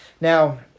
Now